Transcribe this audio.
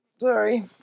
Sorry